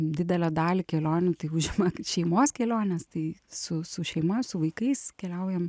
didelę dalį kelionių tai užima šeimos kelionės tai su su šeima su vaikais keliaujam